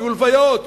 יהיו לוויות,